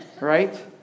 right